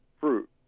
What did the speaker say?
fruit